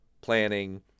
planning